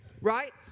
Right